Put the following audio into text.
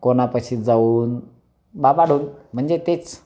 कोणापाशी जाऊन बाबा ढोंग म्हणजे तेच